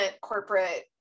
corporate